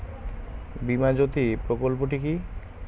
বীমা জ্যোতি প্রকল্পটি কি?